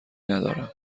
ندارم